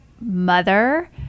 mother